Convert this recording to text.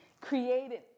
created